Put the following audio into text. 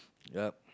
yep